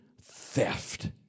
theft